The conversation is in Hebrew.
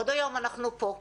עוד היום אנחנו פה,